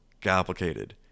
complicated